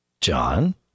John